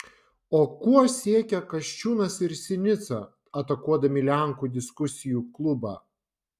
o kuo siekia kasčiūnas ir sinica atakuodami lenkų diskusijų klubą